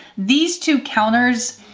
these two counters,